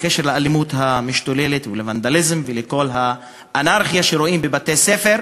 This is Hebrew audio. בקשר לאלימות המשתוללת ולוונדליזם ולכל האנרכיה שרואים בבתי-ספר,